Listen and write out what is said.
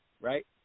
right